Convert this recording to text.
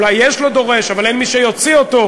אולי יש לו דורש, אבל אין מי שיוציא אותו.